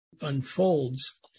unfolds